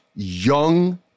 young